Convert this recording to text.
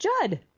judd